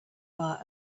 bar